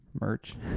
Merch